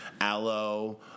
Aloe